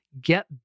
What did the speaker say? get